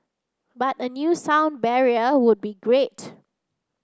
but a new sound barrier would be great